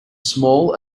small